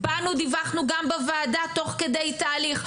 באנו דיווחנו גם בוועדה תוך כדי תהליך.